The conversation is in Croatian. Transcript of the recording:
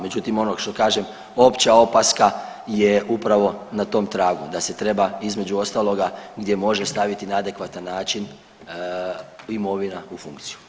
Međutim, ono što kažem opća opaska je upravo na tom tragu da se treba između ostaloga gdje može staviti na adekvatan način imovina u funkciju.